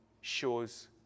shows